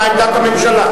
מה עמדת הממשלה?